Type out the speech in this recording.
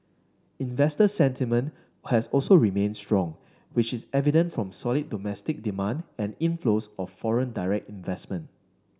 investor sentiment has also remained strong which is evident from solid domestic demand and inflows of foreign direct investment